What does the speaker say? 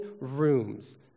rooms